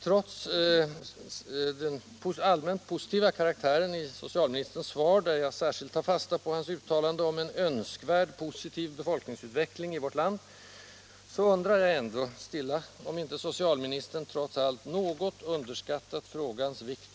Trots den allmänt positiva karaktären i socialministerns svar, där jag särskilt tar fasta på hans uttalande om ”en önskvärd positiv befolkningsutveckling i vårt land,” undrar jag ändock stilla, om inte socialministern något underskattat frågans vikt.